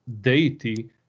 deity